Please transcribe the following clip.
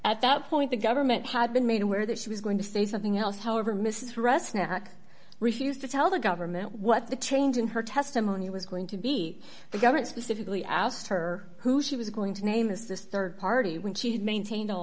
at that point the government had been made aware that she was going to say something else however mrs rusk refused to tell the government what the change in her testimony was going to be the government specifically asked her who she was going to name as this rd party when she had maintained all